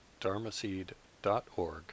dharmaseed.org